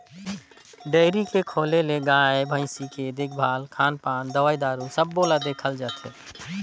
dairy के खोले ले गाय, भइसी के देखभाल, खान पान, दवई दारू सबो ल देखल जाथे